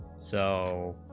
so